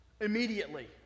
Immediately